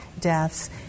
deaths